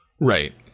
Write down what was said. Right